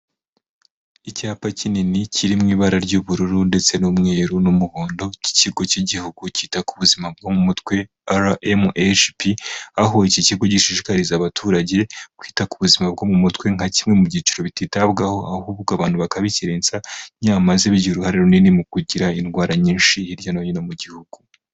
Icyapa kinini kiri mu ibara ry'ubururu ndetse n'umweru n'umuhondo by'ikigo cy'igihugu cyita ku buzima bwo mu mutwe RMHP, Aho iki kigo gishishikariza abaturage kwita ku buzima bwo mu mutwe nka kimwe mu byiciro bititabwaho ahubwo abantu bakabikerensa nyamara bigira uruhare runini mu kugira indwara nyinshi hirya no hino mu gihugu.